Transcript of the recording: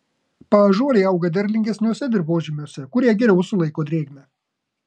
paąžuoliai auga derlingesniuose dirvožemiuose kurie geriau sulaiko drėgmę